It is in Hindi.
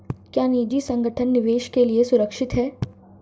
क्या निजी संगठन निवेश के लिए सुरक्षित हैं?